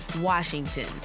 Washington